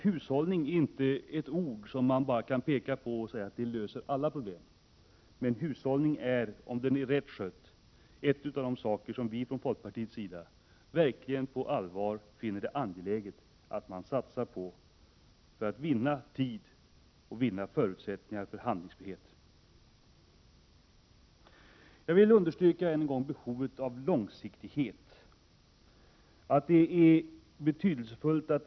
Hushållning är alltså inte något som löser alla problem. Men hushållning med energi är, rätt skött, en av de saker som folkpartiet verkligen på allvar finner det angeläget att satsa på. Genom den kan vi också vinna tid och därigenom ökad handlingsfrihet. Jag vill än en gång understryka behovet av långsiktighet i energipolitiken.